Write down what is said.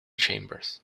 chambers